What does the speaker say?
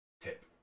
tip